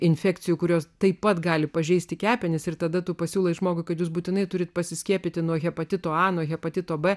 infekcijų kurios taip pat gali pažeisti kepenis ir tada tu pasiūlai žmogui kad jūs būtinai turite pasiskiepyti nuo hepatito a nuo hepatito b